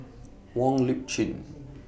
Wong Lip Chin